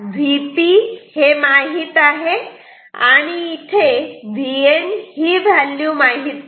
तर Vp हे माहीत आहे आणि इथे Vn ही व्हॅल्यू माहित नाही